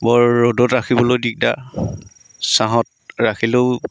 বৰ ৰ'দত ৰাখিবলৈ দিগদাৰ ছাঁহত ৰাখিলেও